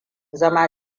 zama